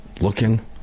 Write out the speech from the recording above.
looking